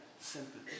sympathy